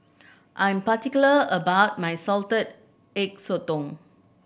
I'm particular about my Salted Egg Sotong